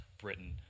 Britain